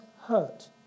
hurt